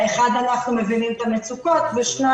אנחנו מבינים את המצוקות וכן,